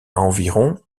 environ